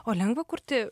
o lengva kurti